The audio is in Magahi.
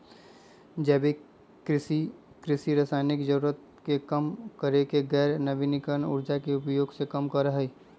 जैविक कृषि, कृषि रासायनिक जरूरत के कम करके गैर नवीकरणीय ऊर्जा के उपयोग के कम करा हई